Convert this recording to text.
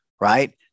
Right